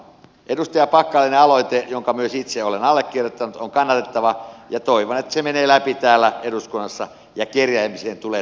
edustaja packalenin aloite jonka myös itse olen allekirjoittanut on kannatettava ja toivon että se menee läpi täällä eduskunnassa ja kerjäämiseen tulee totaalikielto